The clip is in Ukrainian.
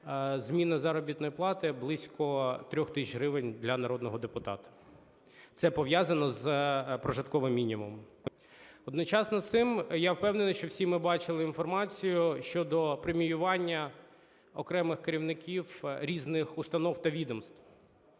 Зміна заробітної плати близько 3 тисяч гривень для народного депутата. Це пов'язано з прожитковим мінімумом. Одночасно з цим, я впевнений, що всі ми бачили інформацію щодо преміювання окремих керівників різних установ та відомств.